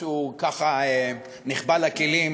אף שהוא ככה נחבא אל הכלים